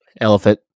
Elephant